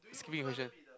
skipping the question